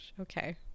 Okay